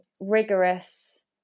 rigorous